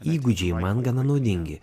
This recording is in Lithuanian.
įgūdžiai man gana naudingi